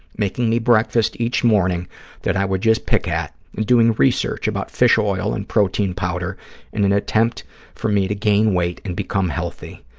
making me breakfast each morning that i would just pick at and doing research about fish oil and protein powder in an attempt for me to gain weight and become healthy.